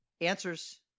answers